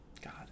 God